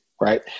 right